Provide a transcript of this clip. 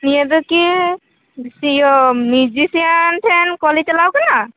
ᱱᱤᱭᱟᱹ ᱫᱚ ᱠᱤ ᱤᱭᱟ ᱢᱤᱡᱤᱥᱤᱭᱟᱱ ᱴᱷᱮᱱ ᱠᱚᱞ ᱪᱟᱞᱟᱣ ᱠᱟᱱᱟ